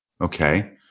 Okay